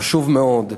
זה חשוב מאוד.